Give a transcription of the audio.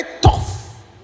tough